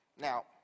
Now